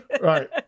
Right